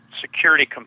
security